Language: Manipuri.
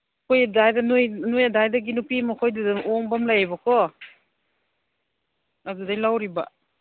ꯑꯩꯈꯣꯏ ꯑꯗꯥꯏꯗ ꯅꯣꯏ ꯅꯣꯏ ꯑꯗꯥꯏꯗꯒꯤ ꯅꯨꯄꯤ ꯑꯃ ꯑꯩꯈꯣꯏꯗꯨꯗ ꯑꯣꯡꯕ ꯑꯃ ꯂꯩꯑꯕꯀꯣ ꯑꯗꯨꯗꯩ ꯂꯧꯔꯤꯕ